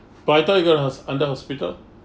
but I thought you got us under hospital